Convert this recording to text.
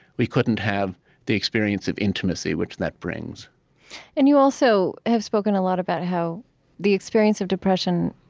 we couldn't have the experience of intimacy which that brings and you also have spoken a lot about how the experience of depression,